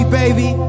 baby